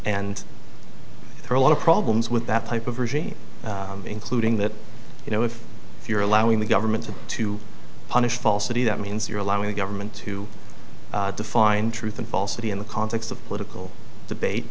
and throw a lot of problems with that type of regime including that you know if you're allowing the government to punish falsity that means you're allowing the government to define truth and falsity in the context of political debate